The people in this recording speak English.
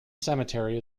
cemetery